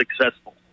successful